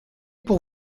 pour